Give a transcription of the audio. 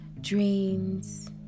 dreams